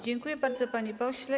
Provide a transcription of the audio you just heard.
Dziękuję bardzo, panie pośle.